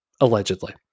allegedly